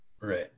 Right